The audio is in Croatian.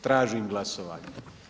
Tražim glasovanje.